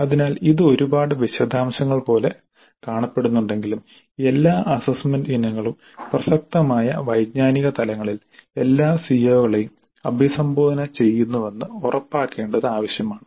അതിനാൽ ഇത് ഒരുപാട് വിശദാംശങ്ങൾ പോലെ കാണപ്പെടുന്നുണ്ടെങ്കിലും എല്ലാ അസ്സസ്സ്മെന്റ് ഇനങ്ങളും പ്രസക്തമായ വൈജ്ഞാനിക തലങ്ങളിൽ എല്ലാ സിഒകളെയും അഭിസംബോധന ചെയ്യുന്നുവെന്ന് ഉറപ്പാക്കേണ്ടത് ആവശ്യമാണ്